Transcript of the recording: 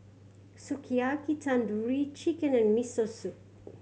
Sukiyaki Tandoori Chicken and Miso Soup